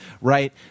right